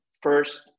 first